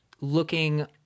looking